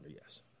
yes